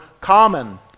common